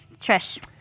Trish